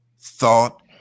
thought